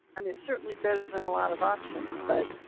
i mean, it's certainly better than a lot of options, but